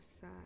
side